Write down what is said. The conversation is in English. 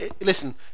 listen